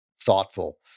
thoughtful